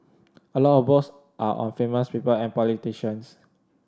a lot of books are on famous people and politicians